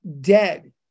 dead